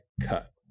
Cut